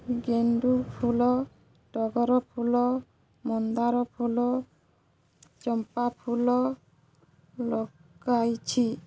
ଗେଣ୍ଡୁ ଫୁଲ ଟଗର ଫୁଲ ମନ୍ଦାର ଫୁଲ ଚମ୍ପା ଫୁଲ ଲଗାଇଛି